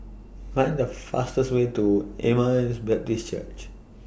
Find The fastest Way to Emmaus Baptist Church